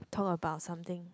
talk about something